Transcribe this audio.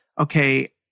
okay